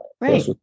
Right